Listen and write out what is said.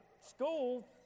school